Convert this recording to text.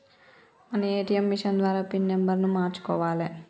మనం ATM machine ద్వారా pin నెంబర్ను మార్చుకోవాలే